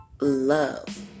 love